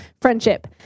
friendship